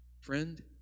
friend